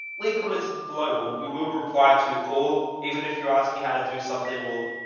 leave comments and below. we'll we will reply to all, even if you're asking how to do something, we'll.